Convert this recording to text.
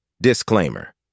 Disclaimer